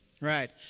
Right